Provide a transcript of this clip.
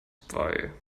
bei